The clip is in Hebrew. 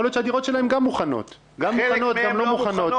יכול להיות שהדירות שלהם גם מוכנות גם לא מוכנות.